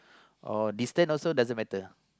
oh distant also doesn't matter